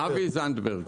אבי זנדברג.